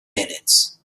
minutes